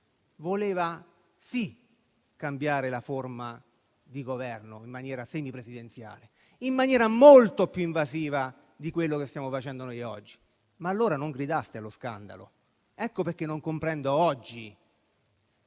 voleva cambiare la forma di governo in senso semipresidenziale in maniera molto più invasiva di quello che stiamo facendo noi oggi, ma allora non gridaste allo scandalo. Per questo oggi non comprendo le